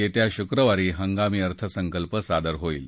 येत्या शुक्रवारी हंगामी अर्थसंकल्प सादर होईल